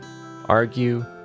argue